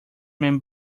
men